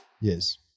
Yes